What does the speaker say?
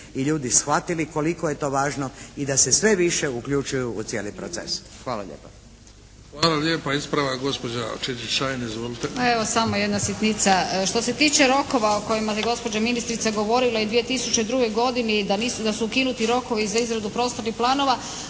i ljudi shvatili koliko je to važno i da se sve više uključuju u cijeli proces. Hvala lijepa. **Bebić, Luka (HDZ)** Hvala lijepa. Ispravak gospođa Čičin-Šain. Izvolite! **Košiša Čičin-Šain, Alenka (HNS)** Pa evo, samo jedna sitnica. Što se tiče rokova o kojima je gospođa ministrica govorila i 2002. godini i da su ukinuti rokovi za izradu prostornih planova,